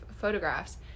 photographs